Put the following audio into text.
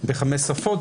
בחמש שפות,